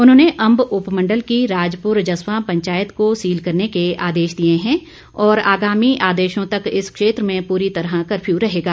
उन्होंने अंब उपमंडल की राजपुर जस्वां पंचायत को सील करने के आदेश दिए हैं और आगामी आदेशों तक इस क्षेत्र में पूरी तरह कफ्यू रहेगा